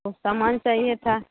उ समान चाहिए था